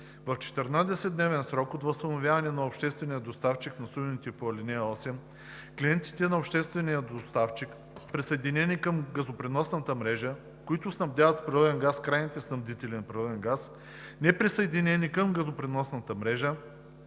В 14-дневен срок от възстановяване от обществения доставчик на сумите по ал. 8 клиентите на обществения доставчик, присъединени към газопреносната мрежа, които снабдяват с природен газ крайни снабдители на природен газ, неприсъединени към газопреносната мрежа,